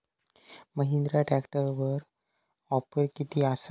महिंद्रा ट्रॅकटरवर ऑफर किती आसा?